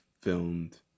filmed